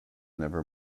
never